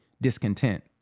discontent